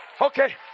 Okay